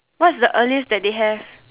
what's the earliest that they have